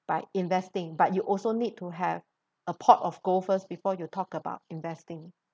by investing but you also need to have a pot of gold first before you talk about investing